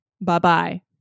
Bye-bye